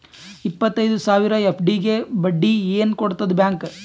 ಇಪ್ಪತ್ತೈದು ಸಾವಿರ ಎಫ್.ಡಿ ಗೆ ಬಡ್ಡಿ ಏನ ಕೊಡತದ ಬ್ಯಾಂಕ್?